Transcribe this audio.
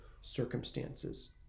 circumstances